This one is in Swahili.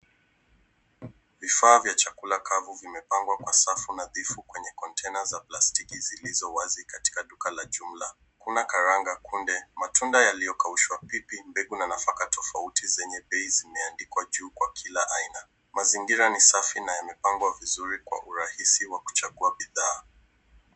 Vifaa vya chakula kavu vimepangwa kwa safu nadhifu kwenye kontena za plastiki zilizo wazi katika duka la jumla. Kuna karanga kunde, matunda yaliyokaushwa, pipi, mbegu na nafaka tofauti zenye bei zimeandikwa juu kwa kila aina. Mazingira ni safi na yamepangwa vizuri kwa urahisi wa kuchagua bidhaa.